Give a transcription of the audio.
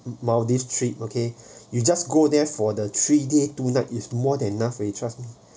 maldives trip okay you just go there for the three day two night is more than enough you trust me